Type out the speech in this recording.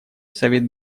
совет